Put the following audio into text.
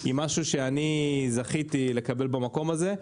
היא משהו שזכיתי לקבל במקום הזה.